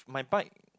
my bike